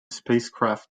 spacecraft